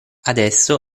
adesso